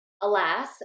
alas